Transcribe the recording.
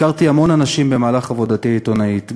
הכרתי המון אנשים במהלך עבודתי העיתונאית,